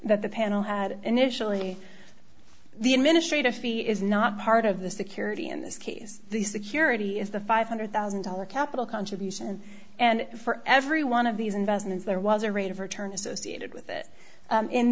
that the panel had initially the administrative fee is not part of the security in this case the security is the five hundred thousand dollars capital contribution and for every one of these investments there was a rate of return associated with it